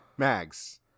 Mags